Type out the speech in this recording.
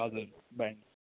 हजुर पाएँ